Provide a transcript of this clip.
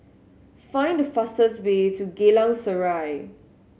find the fastest way to Geylang Serai